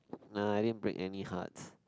no I didn't break any hearts